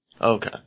Okay